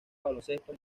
baloncesto